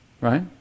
right